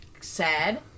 sad